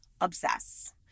obsess